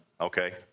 Okay